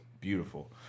Beautiful